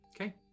Okay